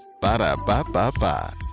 Ba-da-ba-ba-ba